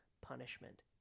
punishment